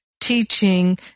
teaching